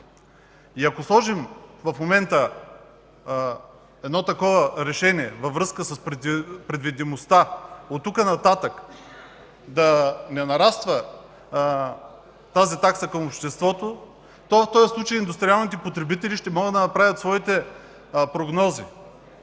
Ако сложим в момента едно такова решение във връзка с предвидимостта, от тук нататък да не нараства тази такса към обществото, в този случай индустриалните потребители ще могат да направят своите прогнози.